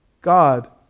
God